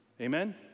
Amen